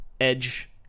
edge